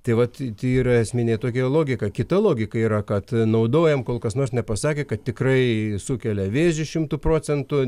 tai vat yra esminė tokia logika kita logika yra kad naudojam kol kas nors nepasakė kad tikrai sukelia vėžį šimtu procentų